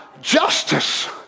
Justice